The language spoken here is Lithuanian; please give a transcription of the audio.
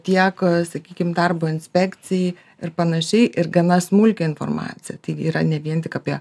tiek sakykim darbo inspekcijai ir panašiai ir gana smulkią informaciją yra ne vien tik apie